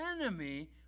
enemy